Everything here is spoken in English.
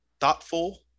thoughtful